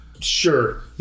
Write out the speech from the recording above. Sure